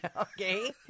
Okay